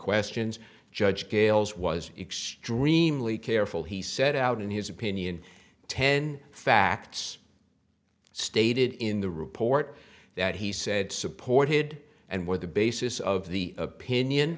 questions judge gayle's was extremely careful he set out in his opinion ten facts stated in the report that he said supported and were the basis of the opinion